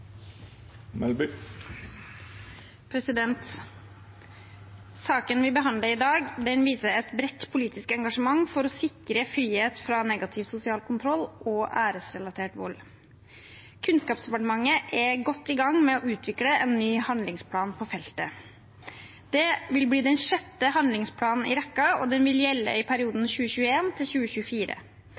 Saken vi behandler i dag, viser et bredt politisk engasjement for å sikre frihet fra negativ sosial kontroll og æresrelatert vold. Kunnskapsdepartementet er godt i gang med å utvikle en ny handlingsplan på feltet. Det vil bli den sjette handlingsplanen i rekken og vil gjelde i perioden